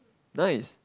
nice